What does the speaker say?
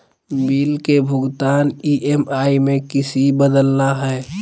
Bill के भुगतान EMI में किसी बदलना है?